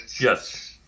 yes